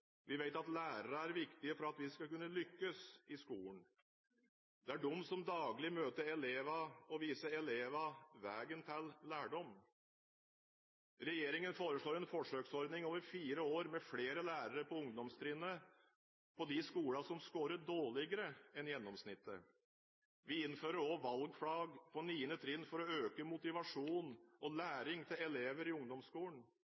Vi vet at lærerne er viktige for at vi skal kunne lykkes i skolen. Det er de som daglig møter elevene og viser elevene veien til lærdom. Regjeringen foreslår en forsøksordning over fire år med flere lærere på ungdomstrinnet på de skolene som skårer dårligere enn gjennomsnittet. Vi innfører også valgfag på niende trinn for å øke motivasjonen og